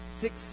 six